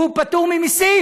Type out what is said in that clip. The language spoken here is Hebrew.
והוא פטור ממסים.